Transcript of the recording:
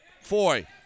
Foy